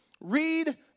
Read